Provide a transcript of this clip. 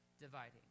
dividing